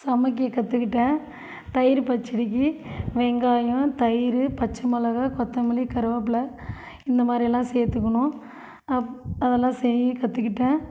சமைக்க கற்றுக்கிட்டேன் தயிர் பச்சடிக்கு வெங்காயம் தயிர் பச்சை மிளகா கொத்தமல்லி கருவேப்ல இந்த மாதிரியெல்லாம் சேர்த்துக்குணும் அதெல்லாம் செய்ய கற்றுக்கிட்டேன்